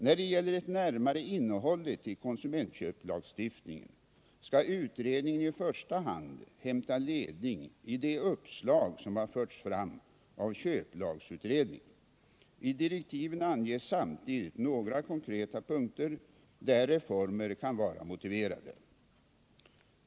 När det gäller det närmare innehållet i konsumentköplagstiftningen skall utredningen i första hand hämta ledning i de uppslag som har förts fram av köplagsutredningen. I direktiven anges samtidigt några konkreta punkter där reformer kan vara motiverade.